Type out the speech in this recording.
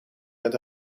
met